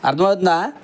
అర్ధమవుతుందా